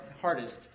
hardest